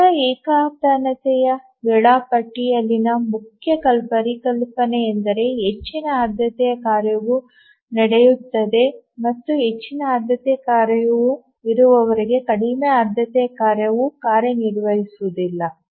ದರ ಏಕತಾನತೆಯ ವೇಳಾಪಟ್ಟಿಯಲ್ಲಿನ ಮುಖ್ಯ ಪರಿಕಲ್ಪನೆಯೆಂದರೆ ಹೆಚ್ಚಿನ ಆದ್ಯತೆಯ ಕಾರ್ಯವು ನಡೆಯುತ್ತದೆ ಮತ್ತು ಹೆಚ್ಚಿನ ಆದ್ಯತೆಯ ಕಾರ್ಯ ಇರುವವರೆಗೆ ಕಡಿಮೆ ಆದ್ಯತೆಯ ಕಾರ್ಯವು ಕಾರ್ಯನಿರ್ವಹಿಸುವುದಿಲ್ಲ